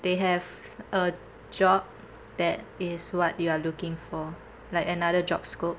they have a job that is what you are looking for like another job scope